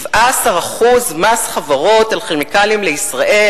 17% מס חברות על "כימיקלים לישראל"